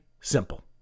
simple